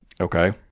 Okay